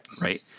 Right